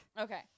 Okay